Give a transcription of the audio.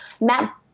Matt –